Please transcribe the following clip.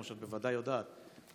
כמו שאת בוודאי יודעת,